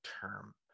term